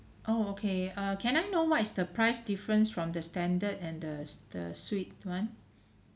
oh okay uh can I know what is the price difference from the standard and the s~ the suite [one]